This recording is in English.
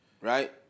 right